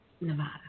Nevada